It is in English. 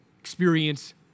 experience